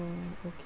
okay